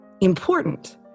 important